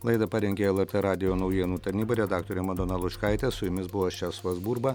laidą parengė lrt radijo naujienų tarnyba redaktore madona lučkaitė su jumis buvo česlovas burba